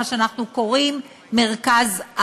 מה שאנחנו קוראים מרכז-על.